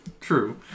True